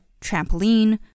trampoline